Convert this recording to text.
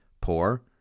Poor